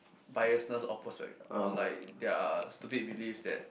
biasness or persuade or like their stupid believes that